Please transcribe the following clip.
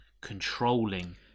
controlling